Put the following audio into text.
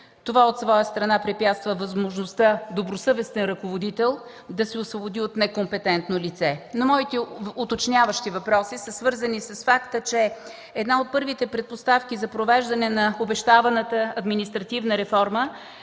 Това от своя страна препятства възможността добросъвестен ръководител да се освободи от некомпетентно лице. Моите уточняващи въпроси са свързани с факта, че една от първите предпоставки за провеждането на обещаваната административна реформа